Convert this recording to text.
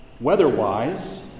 weather-wise